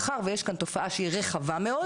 מאחר ויש כאן תופעה שהיא רחבה מאוד